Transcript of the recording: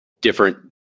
different